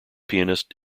pianist